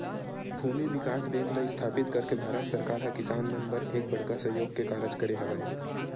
भूमि बिकास बेंक ल इस्थापित करके भारत सरकार ह किसान मन बर एक बड़का सहयोग के कारज करे हवय